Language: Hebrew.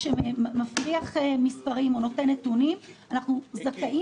כשהוא מפריח מספרים או נותן נתונים אנחנו זכאים